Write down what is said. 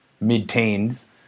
mid-teens